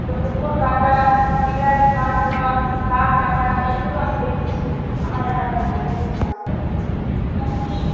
তো কুকুর কাঁদা বিড়াল পার হওয়া কাক ডাকা এগুলো আমি দেখেছি আমার এলাকার মধ্যে কুসংস্কার বলতে এমনকি